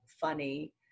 funny